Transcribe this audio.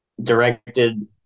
directed